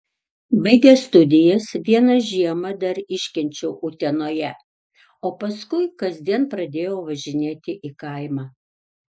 baigęs studijas vieną žiemą dar iškenčiau utenoje o paskui kasdien pradėjau važinėti į kaimą